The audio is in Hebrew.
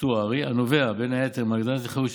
אקטוארי הנובע בין היתר מהגדלת התחייבויות